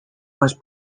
was